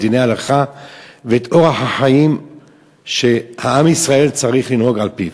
את דיני ההלכה ואת אורח החיים שהעם בישראל צריך לנהוג על-פיו,